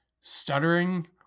stuttering